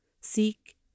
seek